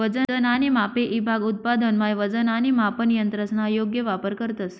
वजन आणि मापे ईभाग उत्पादनमा वजन आणि मापन यंत्रसना योग्य वापर करतंस